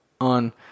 on